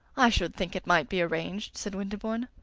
i should think it might be arranged, said winterbourne.